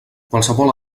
qualsevol